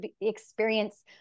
experience